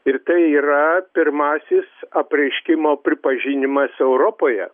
ir tai yra pirmasis apreiškimo pripažinimas europoje